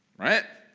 right?